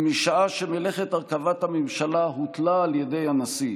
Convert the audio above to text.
ומשעה שמלאכת הרכבת הממשלה הוטלה על ידי הנשיא,